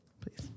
please